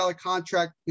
contract